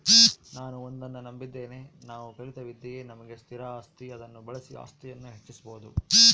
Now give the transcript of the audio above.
ನಾನು ಒಂದನ್ನು ನಂಬಿದ್ದೇನೆ ನಾವು ಕಲಿತ ವಿದ್ಯೆಯೇ ನಮಗೆ ಸ್ಥಿರ ಆಸ್ತಿ ಅದನ್ನು ಬಳಸಿ ಆಸ್ತಿಯನ್ನು ಹೆಚ್ಚಿಸ್ಬೋದು